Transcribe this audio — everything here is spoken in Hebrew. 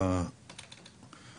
נתייחס